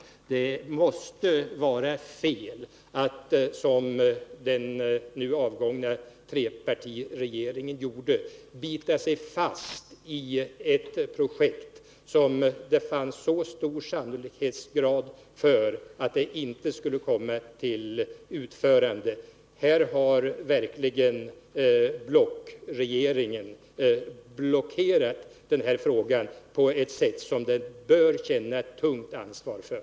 Det måste vara fel att som den nu avgångna trepartiregeringen gjorde bita sig fast vid ett projekt som med så stor sannolikhet inte skulle komma till utförande. Blockregeringen har verkligen blockerat den här frågan på ett sätt som den bör känna tungt ansvar för.